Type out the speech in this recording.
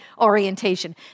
orientation